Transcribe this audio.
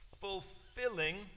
fulfilling